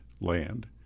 land